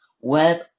web